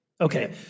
okay